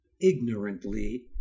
ignorantly